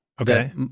Okay